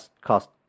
cost